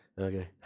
Okay